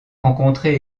rencontrer